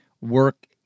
Work